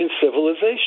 civilization